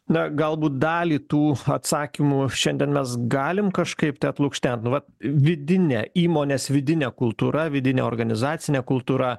na galbūt dalį tų atsakymų šiandien mes galim kažkaip lukštent nu vat vidinė įmonės vidinė kultūra vidinė organizacinė kultūra